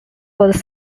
was